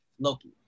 Loki